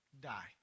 die